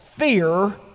Fear